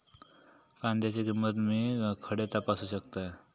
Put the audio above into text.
कांद्याची किंमत मी खडे तपासू शकतय?